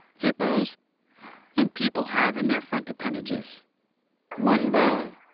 hippos and people have in their front appendages one bone,